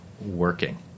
working